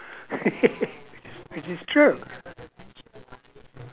this is this is true